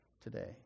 today